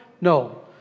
No